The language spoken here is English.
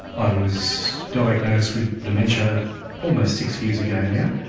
i was diagnosed with dementia almost six years ago now,